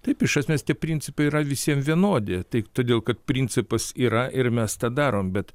taip iš esmės tie principai yra visiem vienodi tik todėl kad principas yra ir mes tą darom bet